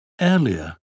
Earlier